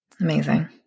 Amazing